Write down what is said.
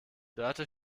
dörte